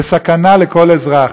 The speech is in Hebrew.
לסכנה לכל אזרח.